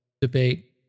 debate